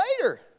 later